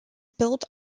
built